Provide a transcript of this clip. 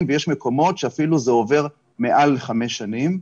ויש מקומות שזה אפילו עובר מעל לחמש שנים.